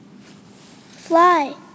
fly